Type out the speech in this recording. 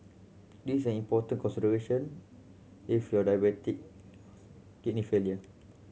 this is an important consideration if you are diabetic kidney failure